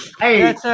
hey